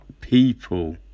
people